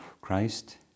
Christ